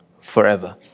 forever